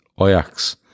Ajax